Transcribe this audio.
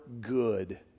good